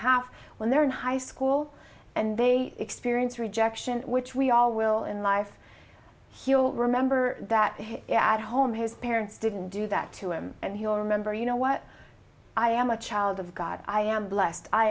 half when they're in high school and they experience rejection which we all will in life he will remember that at home his parents didn't do that to him and he will remember you know what i am a child of god i am blessed i